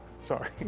Sorry